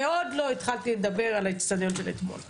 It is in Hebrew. ועוד לא התחלתי לדבר על האצטדיון של אתמול,